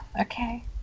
okay